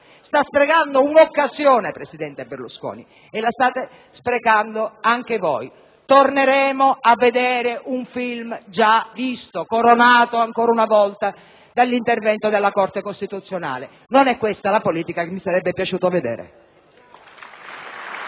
sta sprecando un'occasione e la state sprecando anche voi. Torneremo a vedere un film già visto, coronato ancora una volta dall'intervento della Corte costituzionale. Non è questa la politica che mi sarebbe piaciuto vedere. *(Vivi,